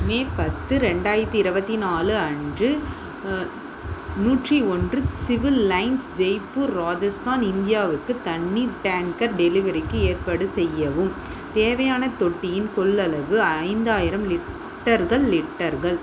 மே பத்து ரெண்டாயிரத்தி இருபத்தி நாலு அன்று நூற்றி ஒன்று சிவில் லைன்ஸ் ஜெய்ப்பூர் ராஜஸ்தான் இந்தியாவுக்கு தண்ணிர் டேங்கர் டெலிவரிக்கு ஏற்பாடு செய்யவும் தேவையான தொட்டியின் கொள்ளளவு ஐந்தாயிரம் லிட்டர்கள் லிட்டர்கள்